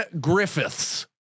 Griffiths